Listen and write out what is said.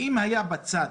אם היה בצד